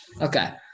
Okay